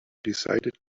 decided